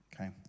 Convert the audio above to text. Okay